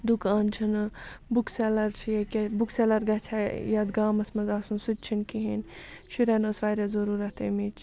دُکان چھِنہٕ book seller چھِ ییٚکیٛاہ بُک سیٚلَر گژھِ ہہ یَتھ گامَس منٛز آسُن سُہ تہِ چھُنہٕ کِہیٖنۍ شُرٮ۪ن ٲس واریاہ ضٔروٗرت اَمِچ